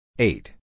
Eight